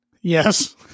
Yes